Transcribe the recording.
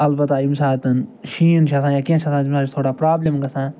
البتہِ ییٚمہِ ساتہٕ شیٖن چھِ آسان یا کیٚنٛہہ چھِ آسان تَمہِ چھِ تھوڑا پرٛابلِم گژھان